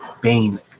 Bane